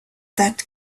that